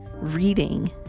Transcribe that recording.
reading